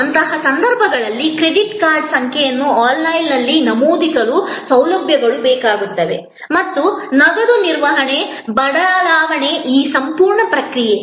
ಅಂತಹ ಸಂದರ್ಭಗಳಲ್ಲಿ credit card ಸಂಖ್ಯೆಯನ್ನು ಆನ್ಲೈನ್ನಲ್ಲಿ ನಮೂದಿಸಲು ಸೌಲಭ್ಯಗಳು ಬೇಕಾಗುತ್ತವೆ ಮತ್ತು ನಗದು ನಿರ್ವಹಣೆ ಬದಲಾವಣೆಯ ಈ ಸಂಪೂರ್ಣ ಪ್ರಕ್ರಿಯೆ